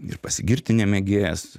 ir pasigirti nemėgėjas